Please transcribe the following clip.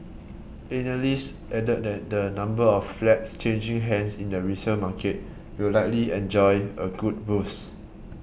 analysts added that the number of flats changing hands in the resale market will likely enjoy a good boost